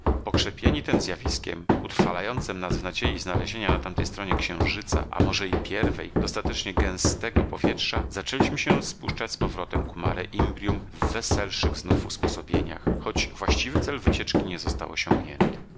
ziemię pokrzepieni tem zjawiskiem utrwalającem nas w nadziei znalezienia na tamtej stronie księżyca a może i pierwej dostatecznie gęstego powietrza zaczęliśmy się spuszczać z powrotem ku mare imbrium w weselszych znów usposobieniach choć właściwy cel wycieczki nie został osiągnięty